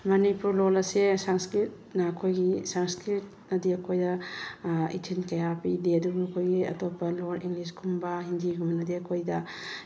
ꯃꯅꯤꯄꯨꯔ ꯂꯣꯜ ꯑꯁꯦ ꯁꯪꯁꯀ꯭ꯔꯤꯠꯅ ꯑꯩꯈꯣꯏꯒꯤ ꯁꯪꯁꯀ꯭ꯔꯤꯠ ꯑꯗꯤ ꯑꯩꯈꯣꯏꯗ ꯏꯊꯤꯜ ꯀꯌꯥ ꯄꯤꯗꯦ ꯑꯗꯨꯕꯨ ꯑꯩꯈꯣꯏꯒꯤ ꯑꯇꯣꯞꯄ ꯂꯣꯜ ꯏꯪꯂꯤꯁ ꯀꯨꯝꯕ ꯍꯤꯟꯗꯤꯒꯨꯝꯕꯅꯗꯤ ꯑꯩꯈꯣꯏꯗ